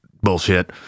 Bullshit